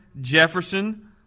Jefferson